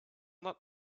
not